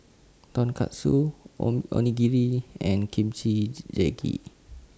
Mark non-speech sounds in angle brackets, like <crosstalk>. Tonkatsu on Onigiri and Kimchi <noise> Jjigae